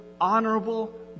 honorable